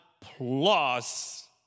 plus